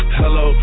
hello